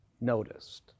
noticed